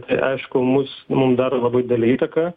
tai aišku mūs mums daro labai didelę įtaką